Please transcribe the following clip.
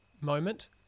moment